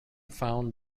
found